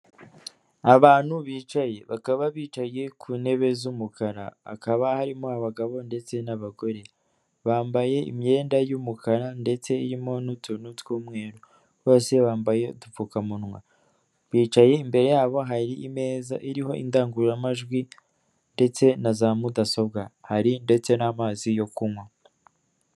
Abantu bicaye, bakaba bicaye ku ntebe z'umukara, akaba harimo abagabo ndetse n'abagore, bambaye imyenda y'umukara ndetse irimo n'utuntu tw'umweru, bose bambaye udupfukamunwa, bicaye imbere yabo hari imeza iriho indangururamajwi ndetse na za mudasobwa hari ndetse n'amazi yo kunywa.